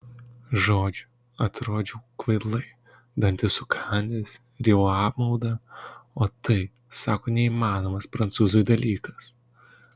žodžiu atrodžiau kvailai dantis sukandęs rijau apmaudą o tai sako neįmanomas prancūzui dalykas